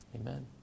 Amen